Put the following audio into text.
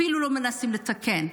לא מנסים אפילו לתקן.